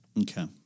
Okay